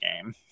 game